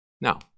Now